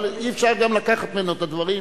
אבל אי-אפשר גם לקחת ממנו את הדברים,